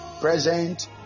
present